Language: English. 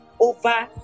over